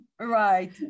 right